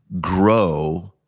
grow